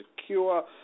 secure